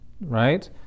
right